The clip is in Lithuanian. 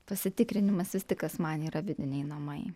pasitikrinimas vis tik kas man yra vidiniai namai